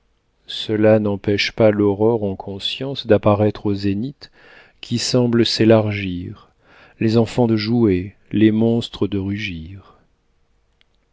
cela n'empêche pas l'aurore en conscience d'apparaitre au zénith qui semble s'élargir les enfants de jouer les monstres de rugir